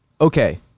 okay